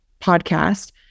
podcast